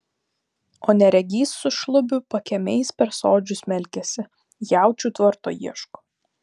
o neregys su šlubiu pakiemiais per sodžių smelkiasi jaučių tvarto ieško